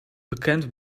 bekend